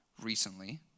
recently